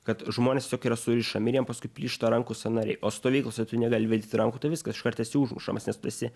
kad žmonės tiesiog yra surišami ir jiem paskui plyšta rankų sąnariai o stovyklose tu negali valdyti rankų tai viskas iškart esi užmušamas nes tu esi